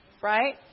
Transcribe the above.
Right